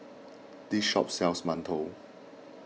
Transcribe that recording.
this shop sells Mantou